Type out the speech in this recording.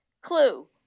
clue